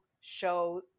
show